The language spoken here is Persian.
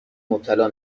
مبتلا